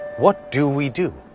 what do we do?